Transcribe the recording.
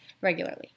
regularly